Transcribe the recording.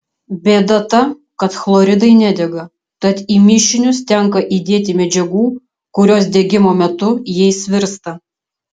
bėda ta kad chloridai nedega tad į mišinius tenka įdėti medžiagų kurios degimo metu jais virsta